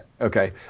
Okay